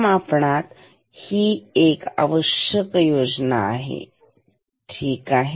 तर या मापनात ही एक आवश्यक योजना आहे ठीक आहे